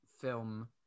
film